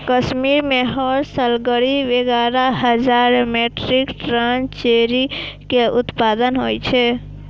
कश्मीर मे हर साल करीब एगारह हजार मीट्रिक टन चेरी के उत्पादन होइ छै